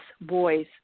boys